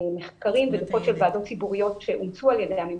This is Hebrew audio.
מחקרים ודוחות של ועדות ציבוריות שאומצו על ידי הממשלה,